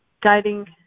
guiding